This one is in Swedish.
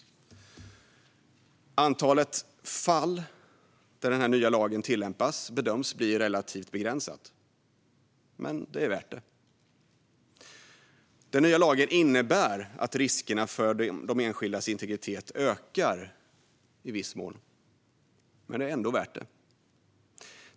Antalet fall där den nya lagen tillämpas bedöms bli relativt begränsat, men det är värt det. Den nya lagen innebär att riskerna för enskildas integritet ökar i viss mån, men det är ändå värt det.